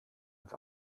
ins